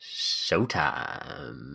Showtime